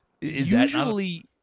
Usually-